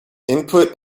input